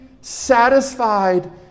satisfied